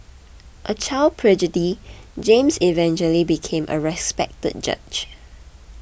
a child prodigy James eventually became a respected judge